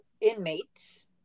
inmates